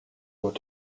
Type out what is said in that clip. what